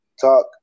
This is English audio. TALK